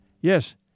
Yes